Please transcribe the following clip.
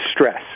stress